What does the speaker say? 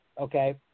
Okay